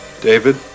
David